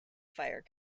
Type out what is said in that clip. fire